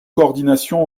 coordination